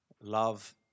love